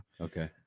Okay